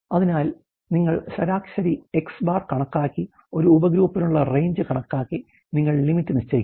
അതിനാൽ നിങ്ങൾ ശരാശരി X̄ കണക്കാക്കി ഒരു ഉപഗ്രൂപ്പിനുള്ള RANGE കണക്കാക്കി നിങ്ങൾ LIMIT നിശ്ചയിക്കണം